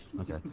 okay